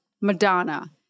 madonna